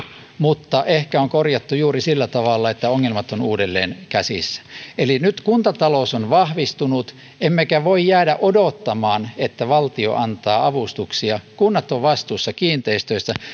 mutta ehkä on korjattu juuri sillä tavalla että ongelmat ovat uudelleen käsissä eli nyt kuntatalous on vahvistunut emmekä voi jäädä odottamaan että valtio antaa avustuksia kunnat ovat vastuussa kiinteistöistä